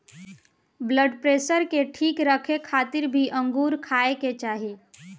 blood pressure के ठीक रखे खातिर भी अंगूर खाए के चाही